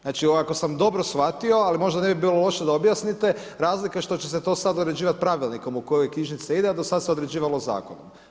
Znači ako sam dobro shvatio, ali možda ne bi bilo loše da objasnite, razlika je što će se to sada uređivati pravilnikom u koje knjižnice ide a do sad se određivali zakonom.